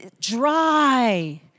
dry